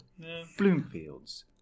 Bloomfields